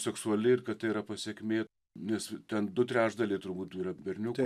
seksuali ir kad tai yra pasekmė nes ten du trečdaliai turbūt yra berniukai